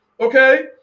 Okay